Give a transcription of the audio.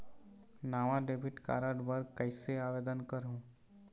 नावा debit card बर कैसे आवेदन करहूं?